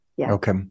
Okay